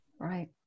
Right